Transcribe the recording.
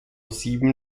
sieben